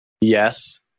Yes